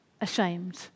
ashamed